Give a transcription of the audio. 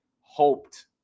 hoped